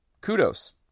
Kudos